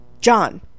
John